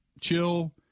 chill